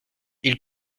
ils